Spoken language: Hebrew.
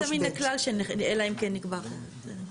היוצא מהכלל, אלא אם כן נקבע אחרת.